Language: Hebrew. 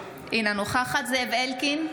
אינה נוכחת זאב אלקין,